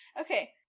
okay